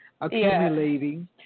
accumulating